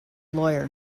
lawyer